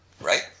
right